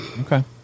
Okay